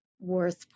worth